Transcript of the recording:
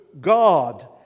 God